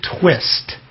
twist